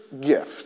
gift